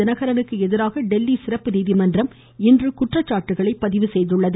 தினகரனுக்கு எதிராக டெல்லி சிறப்பு நீதிமன்றம் இன்று குற்றச்சாட்டுக்களை பதிவு செய்துள்ளது